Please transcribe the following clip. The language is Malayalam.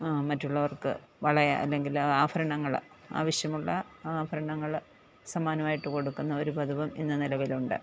മറ്റുള്ളവർക്ക് വളയോ അല്ലെങ്കിൽ ആഭരണങ്ങൾ ആവശ്യമുള്ള ആഫരണങ്ങൾ സമ്മാനമായിട്ട് കൊടുക്കുന്ന ഒരു പതിവും ഇന്ന് നിലവിലുണ്ട്